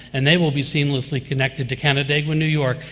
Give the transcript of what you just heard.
and they will be seamlessly connected to canandaigua, new york,